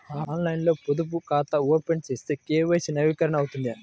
ఆన్లైన్లో పొదుపు ఖాతా ఓపెన్ చేస్తే కే.వై.సి నవీకరణ అవుతుందా?